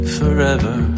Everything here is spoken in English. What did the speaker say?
forever